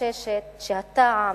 חוששת שהטעם,